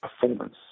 performance